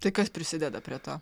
tai kas prisideda prie to